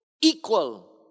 equal